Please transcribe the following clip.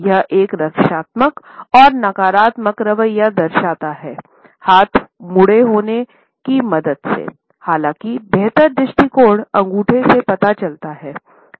यह एक रक्षात्मक और नकारात्मक रवैया दर्शाता हैं हाथ मुड़े होने की मदद से हालाँकि बेहतर दृष्टिकोण अंगूठे से पता चलता है